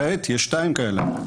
כעת יש שתיים כאלה.